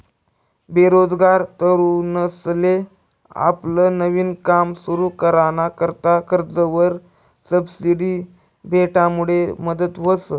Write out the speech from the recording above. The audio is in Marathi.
बेरोजगार तरुनसले आपलं नवीन काम सुरु कराना करता कर्जवर सबसिडी भेटामुडे मदत व्हस